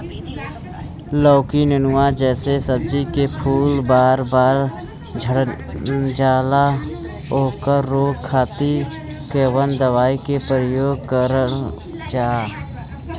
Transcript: लौकी नेनुआ जैसे सब्जी के फूल बार बार झड़जाला ओकरा रोके खातीर कवन दवाई के प्रयोग करल जा?